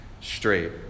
straight